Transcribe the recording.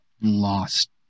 lost